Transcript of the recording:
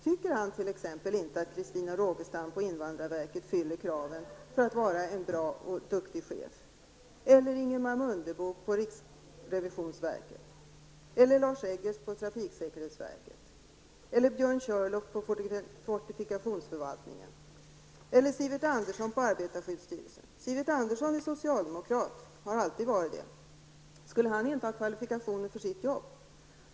Tycker han inte att t.ex. Christina Rogestam på invandrarverket fyller kraven för att vara en bra och duktig chef eller Ingemar Mundebo på riksrevisionsverket, Lars Eggertz på trafiksäkerhetsverket, Björn Körlof på fortifikationsförvaltningen eller Sivert Andersson på arbetarskyddsstyrelsen? Sivert Andersson är socialdemokrat och har alltid varit det. Skulle han inte ha kvalifikationer för sitt jobb?